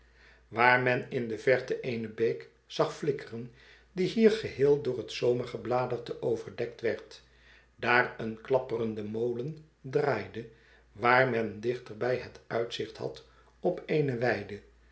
waar men in de verte eene beek zag flikkeren die hier geheel door het zomergebladerte overdekt werd daar een klapperende molen draaide waar men dichterbij het uitzicht had op eene weide